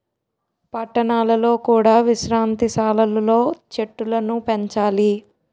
పట్టణాలలో కూడా విశ్రాంతి సాలలు లో చెట్టులను పెంచాలి